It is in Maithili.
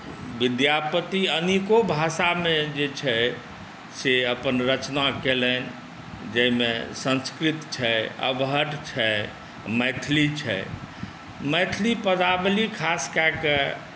विद्यापति अनेको भाषामे जे छै से अपन रचना कयलनि जाहिमे संस्कृत छै अबहट्ठ छै मैथिली छै मैथिली पदावली खास कए कऽ